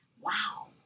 wow